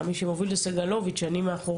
או שבעצם מי שמוביל זה סגלוביץ' ואני מאחוריו,